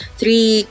three